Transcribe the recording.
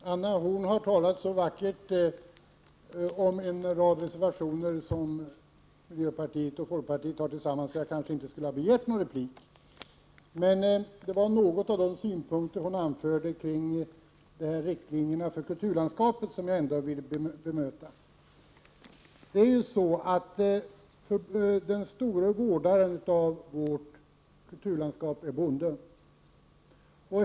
Herr talman! Anna Horn har talat så vackert om en rad reservationer som miljöpartiet och folkpartiet har tillsammans, så jag kanske inte skulle ha begärt någon replik. Men någon av de synpunkter hon anförde kring riktlinjerna för kulturlandskapet vill jag ändå bemöta. Den store vårdaren av vårt kulturlandskap är bonden.